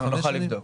נוכל לבדוק.